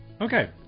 Okay